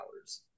hours